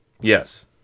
Yes